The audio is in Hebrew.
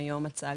הצעת